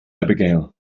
abigail